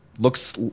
Looks